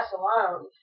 alone